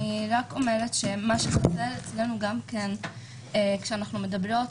אני אסיים ואומר שמה שחסר אצלנו גם כשאנחנו מדברות